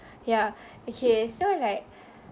ya okay so